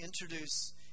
introduce